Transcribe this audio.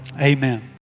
amen